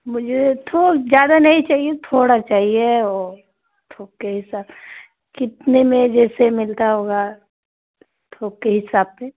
मुझे थो ज़्यादा नहीं चाहिए थोड़ा चाहिए और थोक के हिसाब कितने में जैसे मिलता होगा थोक के हिसाब पर